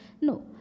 No